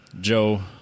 Joe